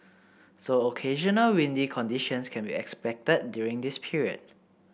so occasional windy conditions can be expected during this period